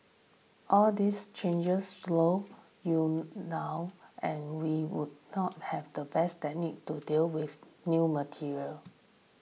all these changes slow you now and we would not have the best technique to deal with new material